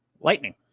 Lightning